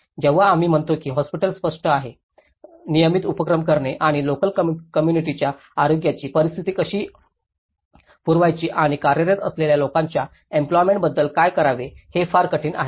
जेव्हा आम्ही म्हणतो की हॉस्पिटल स्पष्ट आहे नियमित उपक्रम करणे आणि लोकल कोम्मुनिटीच्या आरोग्याची परिस्थिती कशी पुरवायची आणि कार्यरत असलेल्या लोकांच्या एम्प्लॉयमेंटबद्दल काय करावे हे फार कठीण आहे